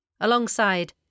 Alongside